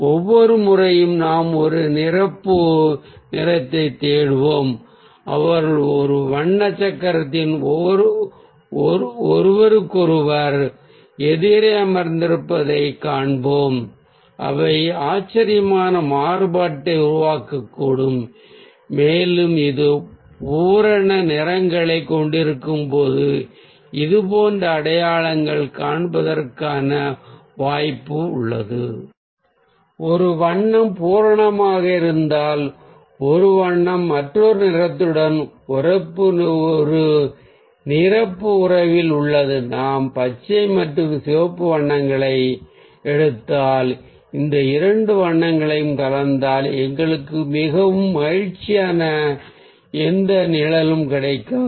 ஒவ்வொரு முறையும் நாம் ஒரு நிரப்பு நிறத்தைத் தேடுவோம் அவர்கள் ஒரு வண்ண சக்கரத்தில் ஒன்றுக்கொன்று எதிரே அமர்ந்திருப்பதைக் காண்போம் அவை ஆச்சரியமான மாறுபாட்டை உருவாக்கக்கூடும் மேலும் இது பூரண நிறங்களைக் கொண்டிருக்கும்போது இது போன்ற அடையாளம் காண்பதற்கான வாய்ப்பு உள்ளது ஒரு வண்ணம் பூரணமாக இருந்தால் ஒரு வண்ணம் மற்றொரு நிறத்துடன் ஒரு நிரப்பு உறவில் உள்ளது நாம் பச்சை மற்றும் சிவப்பு வண்ணங்களை எடுத்தால் இந்த இரண்டு வண்ணங்களையும் கலந்தால் எங்களுக்கு மிகவும் மகிழ்ச்சியான எந்த நிழலும் கிடைக்காது